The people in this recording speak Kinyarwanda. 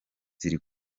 ziri